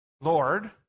Lord